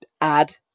add